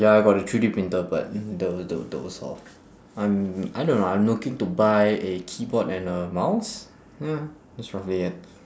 ya I got a three D printer but the the those lor I'm I don't know I'm looking to buy a keyboard and a mouse ya that's roughly it